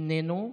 איננו.